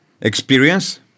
experience